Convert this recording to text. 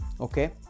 Okay